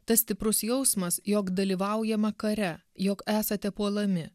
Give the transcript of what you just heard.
tas stiprus jausmas jog dalyvaujama kare jog esate puolami